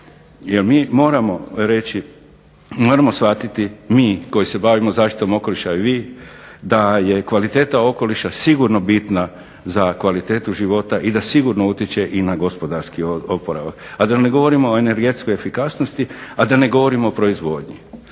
jer mi moramo reći, moramo shvatiti, mi koji se bavimo zaštitom okoliša i vi da je kvaliteta okoliša sigurno bitna za kvalitetu života i da sigurno utječe i na gospodarski oporavak. A da ne govorimo o energetskoj efikasnosti, a da ne govorimo o proizvodnji.